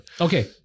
Okay